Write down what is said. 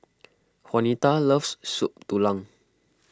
Juanita loves Soup Tulang